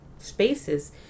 spaces